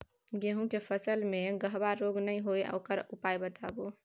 गेहूँ के फसल मे गबहा रोग नय होय ओकर उपाय बताबू?